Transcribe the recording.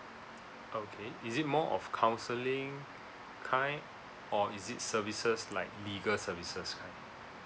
okay is it more of counselling kind or is it services like legal services kind